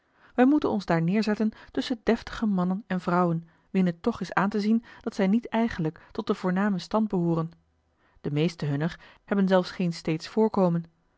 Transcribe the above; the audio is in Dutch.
wij moeten ons daar nêerzetten tusschen deftige mannen en vrouwen wien het toch is aan te zien dat zij niet eigenlijk tot den voornamen stand behooren de meesten hunner hebben zelfs geen steedsch voorkomen